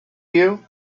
you